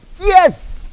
Yes